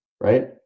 Right